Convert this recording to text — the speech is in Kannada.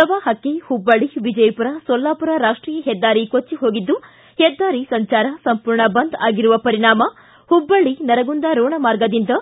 ಪ್ರವಾಪಕ್ಕೆ ಹುಬ್ವಳ್ಳಿ ವಿಜಯಪುರ ಸೊಲ್ಲಾಪುರ ರಾಷ್ಟೀಯ ಹೆದ್ದಾರಿ ಕೊಚ್ಚ ಹೋಗಿದ್ದು ಹೆದ್ದಾರಿ ಸಂಜಾರ ಸಂಪೂರ್ಣ ಬಂದ್ ಆಗಿರುವ ಪರಿಣಾಮ ಹುಬ್ಬಳ್ಳಿ ನರಗುಂದ ರೋಣ ಮಾರ್ಗದಿಂದ